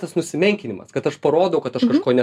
tas nusimenkinimas kad aš parodau kad aš kažko ne